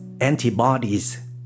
antibodies